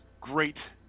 great